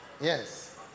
Yes